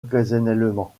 occasionnellement